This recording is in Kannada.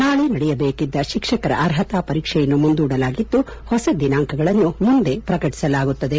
ನಾಳೆ ನಡೆಯಬೇಕಿದ್ದ ಶಿಕ್ಷಕರ ಅರ್ಹತಾ ಪರೀಕ್ಷೆಯನ್ನು ಮುಂದೂಡಲಾಗಿದ್ದು ಹೊಸ ದಿನಾಂಕಗಳನ್ನು ಮುಂದೆ ಪ್ರಕಟಿಸಲಾಗುತ್ತದೆ